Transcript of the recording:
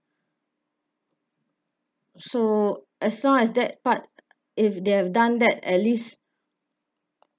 so as long as that part if they have done that at least